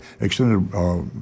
extended